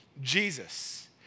Jesus